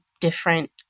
different